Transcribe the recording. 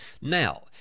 Now